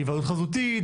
היוועדות חזותית,